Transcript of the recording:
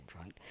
right